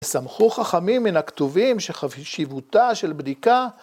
‫לסמכו חכמים מן הכתובים ‫שחשיבותה של בדיקה.